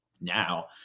now